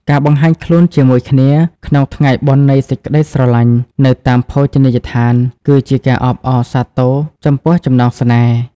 ការបង្ហាញខ្លួនជាមួយគ្នាក្នុងថ្ងៃបុណ្យនៃសេចក្ដីស្រឡាញ់នៅតាមភោជនីយដ្ឋាន គឺជាការអបអរសាទរចំពោះចំណងស្នេហ៍។